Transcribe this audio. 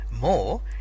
more